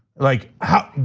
like how,